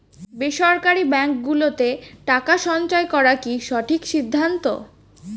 বেসরকারী ব্যাঙ্ক গুলোতে টাকা সঞ্চয় করা কি সঠিক সিদ্ধান্ত?